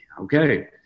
okay